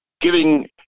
giving